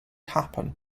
happen